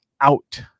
out